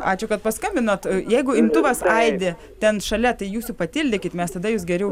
ačiū kad paskambinot jeigu imtuvas aidi ten šalia tai jūs jį patildykit mes tada jus geriau